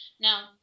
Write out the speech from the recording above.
Now